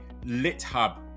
LitHub